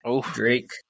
Drake